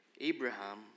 Abraham